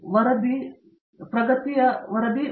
professor Babu Vishwanath ವರದಿ ಪ್ರಗತಿಯ ಕೊರತೆ